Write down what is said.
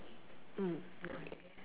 mm